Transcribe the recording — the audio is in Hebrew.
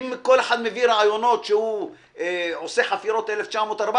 אם כל אחד מביא רעיונות שהוא עושה חפירות 1914,